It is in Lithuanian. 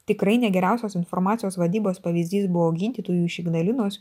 tikrai negeriausias informacijos vadybos pavyzdys buvo gydytojų iš ignalinos